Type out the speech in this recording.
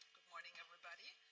good morning, everybody.